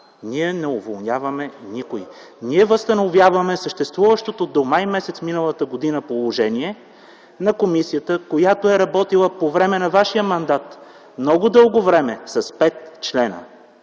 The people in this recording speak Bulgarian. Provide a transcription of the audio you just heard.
Ние не уволняваме никого, ние възстановяваме съществуващото до май месец м.г. положение на комисията, която е работила по време на вашия мандат много дълго време с 5 члена.